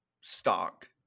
stock